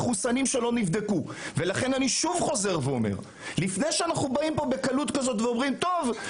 לפני שאנחנו באים בקלות ואומרים: "טוב,